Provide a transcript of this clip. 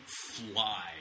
fly